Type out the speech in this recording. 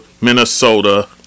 Minnesota